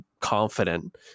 confident